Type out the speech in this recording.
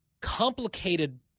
complicated